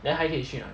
then 还可以去哪里